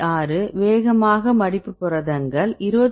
6 வேகமாக மடிப்பு புரதங்கள் 22